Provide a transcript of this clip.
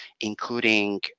including